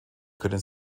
können